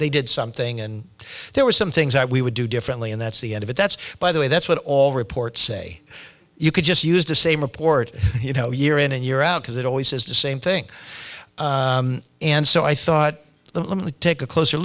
they did something and there were some things that we would do differently and that's the end of it that's by the way that's what all reports say you could just use the same report you know year in and year out because it always says the same thing and so i thought let's take a closer